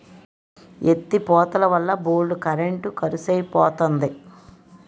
ఎత్తి పోతలవల్ల బోల్డు కరెంట్ కరుసైపోతంది